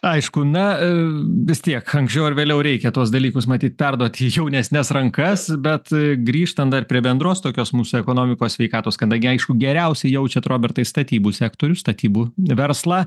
aišku na vis tiek anksčiau ar vėliau reikia tuos dalykus matyt perduot į jaunesnes rankas bet grįžtant dar prie bendros tokios mūsų ekonomikos sveikatos kadangi aišku geriausiai jaučiat robertai statybų sektorių statybų verslą